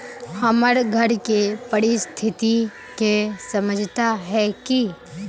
हमर घर के परिस्थिति के समझता है की?